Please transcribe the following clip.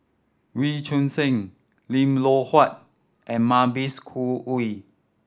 Wee Choon Seng Lim Loh Huat and Mavis Khoo Oei